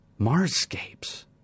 Marscapes